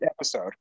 episode